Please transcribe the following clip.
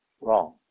wrong